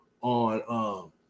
on